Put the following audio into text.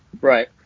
Right